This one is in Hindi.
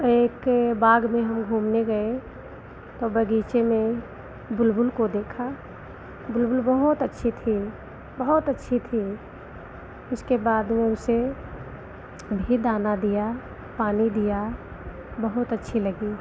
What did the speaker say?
एक बाग में हम घूमने गए तो बगीचे में बुलबुल को देखा बुलबुल बहुत अच्छी थी बहुत अच्छी थी उसके बाद में उसे भी दाना दिया पानी दिया बहुत अच्छी लगी